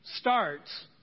starts